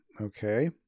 okay